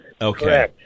Okay